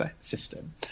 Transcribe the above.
system